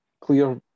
clear